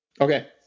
Okay